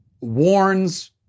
warns